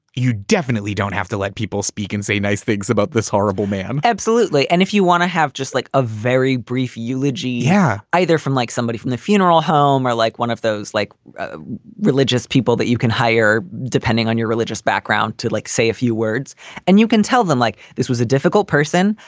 you definitely don't have to let people speak and say nice things about this horrible man absolutely. and if you want to have just like a very brief eulogy here, yeah either from like somebody from the funeral home or like one of those like ah religious people that you can hire. depending on your religious background, too, like say a few words and you can tell them like this was a difficult person.